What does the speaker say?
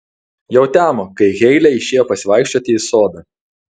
jau temo kai heile išėjo pasivaikščioti į sodą